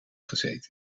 gezeten